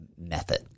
method